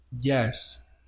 Yes